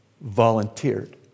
volunteered